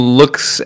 looks